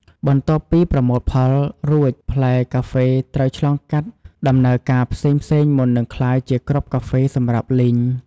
បន្ទាប់ពីប្រមូលផលរួច ផ្លែកាហ្វេត្រូវឆ្លងកាត់ដំណើរការផ្សេងៗមុននឹងក្លាយជាគ្រាប់កាហ្វេសម្រាប់លីង។